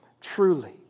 Truly